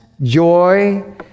joy